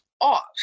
off